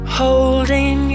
holding